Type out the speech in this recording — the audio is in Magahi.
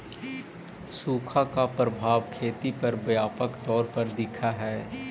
सुखा का प्रभाव खेती पर व्यापक तौर पर दिखअ हई